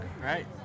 Right